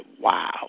Wow